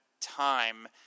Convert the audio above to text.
time